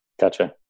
Gotcha